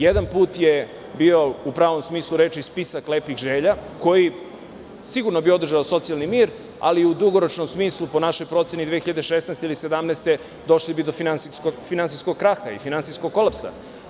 Jedan put je bio u pravom smislu reči spisak lepih želja koji bi sigurno održao socijalni mir, ali u dugoročnom smislu, po našoj proceni, 2016. godine ili 2017. godine došli bi do finansijskog kraha i finansijskog kolapsa.